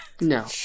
No